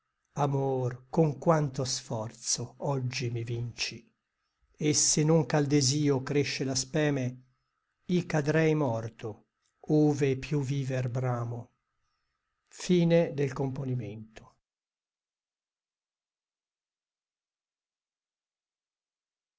amor con quanto sforzo oggi mi vinci et se non ch'al desio cresce la speme i cadrei morto ove più viver bramo io